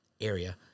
area